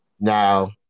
Now